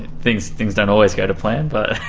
things things don't always go to plan but,